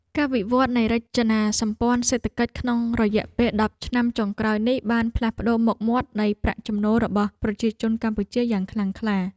ការវិវត្តនៃរចនាសម្ព័ន្ធសេដ្ឋកិច្ចក្នុងរយៈពេលដប់ឆ្នាំចុងក្រោយនេះបានផ្លាស់ប្តូរមុខមាត់នៃប្រាក់ចំណូលរបស់ប្រជាជនកម្ពុជាយ៉ាងខ្លាំងក្លា។